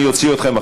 אני אוציא אתכם.